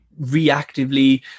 reactively